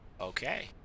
Okay